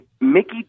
Mickey